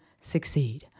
succeed